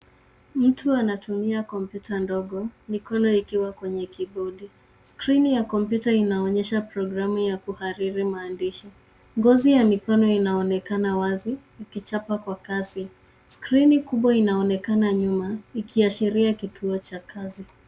Mtu anatumia komputa ndogo mikono ikiwa kwenye kibodi. Skrini ya komputa inaonyesha programu ya kuhariri maandishi. Ngozi ya mikono inaonekana wazi ikichapa kwa kasi. Skrini kubwa inaonekana nyuma ikiashiria kituo cha kazi.